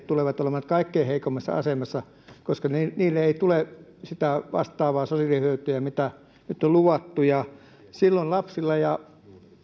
tulevat olemaan nyt kaikkein heikoimmassa asemassa koska niille ei tule sitä vastaavaa sosiaalihyötyä mitä nyt on luvattu silloin lapsilla